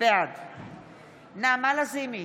בעד נעמה לזימי,